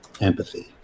empathy